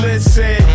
Listen